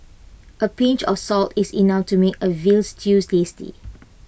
A pinch of salt is enough to make A Veal Stew tasty